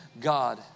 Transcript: God